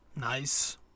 nice